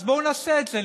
אז בואו נעשה את זה.